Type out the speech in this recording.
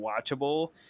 watchable